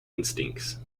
instincts